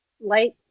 light